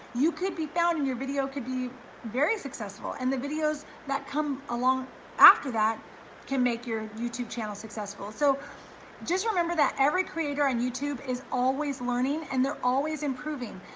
you could be found in your video could be very successful. and the videos that come along after that can make your youtube channel successful. so just remember that every creator on and youtube is always learning and they're always improving,